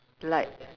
like